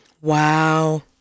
Wow